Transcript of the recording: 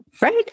Right